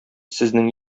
сезнең